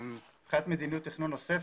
הצעת מדיניות תכנון נוספת,